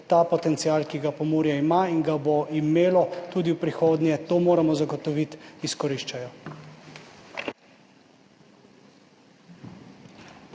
ta potencial, ki ga Pomurje ima in ga bo imelo tudi v prihodnje, to moramo zagotoviti, izkoriščajo.